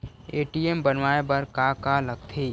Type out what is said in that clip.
ATM बनवाय बर का का लगथे?